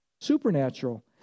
Supernatural